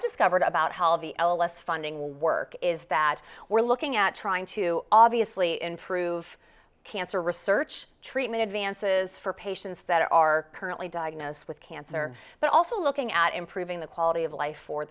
discovered about how the ls funding work is that we're looking at trying to obviously improve cancer research treatment advances for patients that are currently diagnosed with cancer but also looking at improving the quality of life for